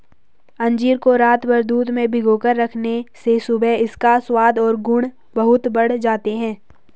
अंजीर को रातभर दूध में भिगोकर रखने से सुबह इसका स्वाद और गुण बहुत बढ़ जाते हैं